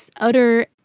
utter